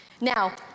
Now